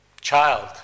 child